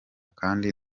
kandi